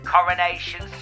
Coronation